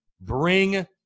Bring